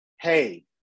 Hey